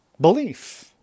belief